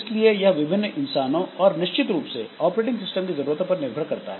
इसलिए यह विभिन्न इंसानों और निश्चित रूप से ऑपरेटिंग सिस्टम की जरूरतों पर निर्भर करता है